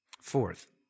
Fourth